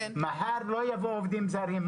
אם מחר לא יבואו עובדים זרים,